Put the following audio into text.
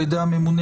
על ידי הממונה,